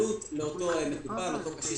מה אני אגיד למשפחות אחר כך?